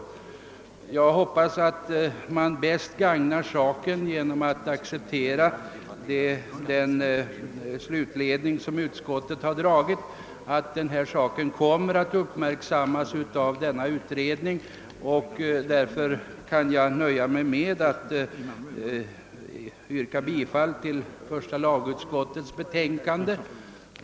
Jag hoppas att man bäst gagnar saken genom att acceptera den slutledning som utskottet har dragit, att saken kommer att uppmärksammas av denna utredning, och därför kan jag nöja mig med att yrka bifall till första lagutskottets hemställan.